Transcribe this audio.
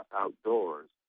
outdoors